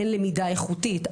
אין למידה איכותית.